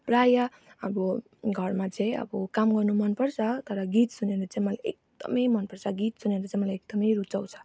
प्राय अब घरमा चाहिँ अब काम गर्नु मनपर्छ तर गीत सुनेर चाहिँ मलाई एकदमै मनपर्छ गीत सुनेर चाहिँ मलाई एकदमै रुचाउँछ